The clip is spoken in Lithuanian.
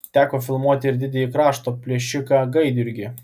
teko filmuoti ir didįjį krašto plėšiką gaidjurgį